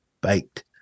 baked